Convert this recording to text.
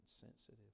sensitive